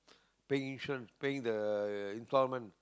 pay insurance pay the installment